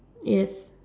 yes